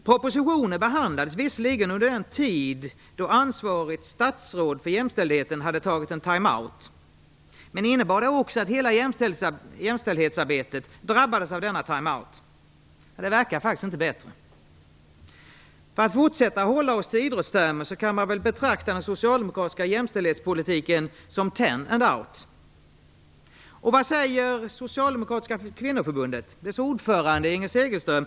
Propositionen behandlades visserligen under den tid då ansvarigt statsråd för jämställdheten hade tagit en time out, men innebar det att också hela jämställdhetsarbetet drabbades av denna time out? Det verkar faktiskt inte bättre. För att fortsätta med idrottstermer kan man väl karakterisera läget i den socialdemokratiska jämställdhetspolitiken med uttrycket "ten and out". Vad säger det socialdemokratiska kvinnoförbundets ordförande Inger Segelström?